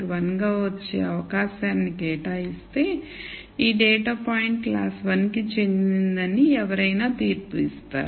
1 గా వచ్చే అవకాశాన్ని కేటాయిస్తే ఈ డేటా పాయింట్ క్లాస్ 1 కి చెందినదని ఎవరైనా తీర్పు ఇస్తారు